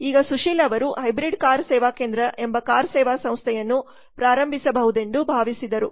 ಈಗ ಸುಶೀಲ್ ಅವರು hybrid car Seva Kendra ಎಂಬ ಕಾರ್ ಸೇವಾ ಸಂಸ್ಥೆಯನ್ನು ಪ್ರಾರಂಭಿಸಬಹುದೆಂದು ಭಾವಿಸಿದರು